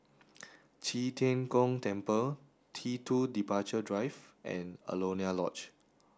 Qi Tian Gong Temple T two Departure Drive and Alaunia Lodge